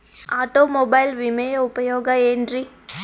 Automobile ವಿಮೆಯ ಉಪಯೋಗ ಏನ್ರೀ?